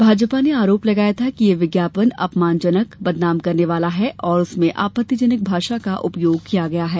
भाजपा ने आरोप लगाया था कि यह विज्ञापन अपमानजनक बदनाम करने वाला है और उसमें आपत्तिजनक भाषा का उपयोग किया गया है